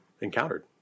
encountered